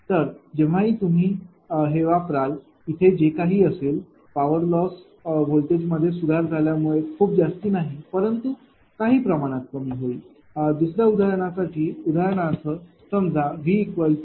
तर जेव्हाही तुम्ही हे वापराल इथे जे काही असेल पॉवर लॉस व्होल्टेजमध्ये सुधार झाल्यामुळे खूप जास्ती नाही परंतु काही प्रमाणात कमी होईल दुसऱ्या उदाहरणासाठी उदाहरणार्थ समजा V0